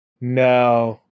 No